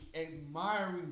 admiring